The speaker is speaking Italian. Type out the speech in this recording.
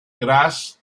grasse